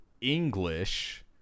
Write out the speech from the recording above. English